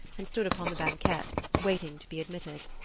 and stood upon the banquette, waiting to be admitted.